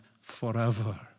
forever